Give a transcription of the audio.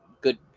good